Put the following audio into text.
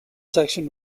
section